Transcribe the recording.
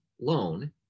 loan